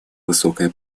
высокая